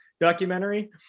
documentary